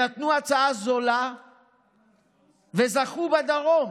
נתנו הצעה זולה וזכו בדרום.